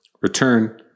return